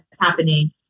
happening